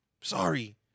Sorry